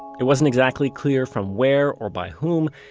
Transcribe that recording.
it wasn't exactly clear from where or by whom,